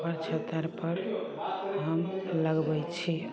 उपर छत आरपर हम लगबय छी